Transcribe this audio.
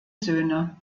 söhne